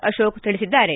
ಅಶೋಕ್ ತಿಳಿಸಿದ್ದಾರೆ